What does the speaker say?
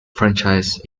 franchises